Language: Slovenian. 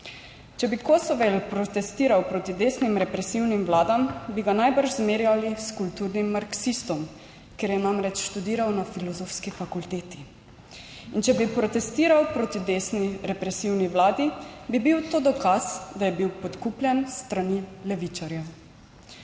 Če bi Kosovel protestiral proti desnim represivnim vladam, bi ga najbrž zmerjali s kulturnim marksistom, ker je namreč študiral na filozofski fakulteti. In če bi protestiral proti desni represivni vladi, bi bil to dokaz, da je bil podkupljen s strani levičarjev.